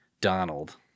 Donald